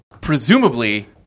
presumably